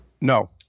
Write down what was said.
No